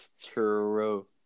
true